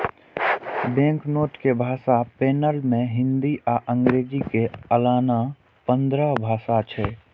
banknote के भाषा panel मे हिंदी आ अंग्रेजी के अलाना पंद्रह भाषा छै